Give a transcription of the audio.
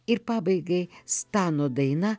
ir pabaigai stano daina